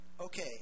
Okay